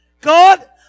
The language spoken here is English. God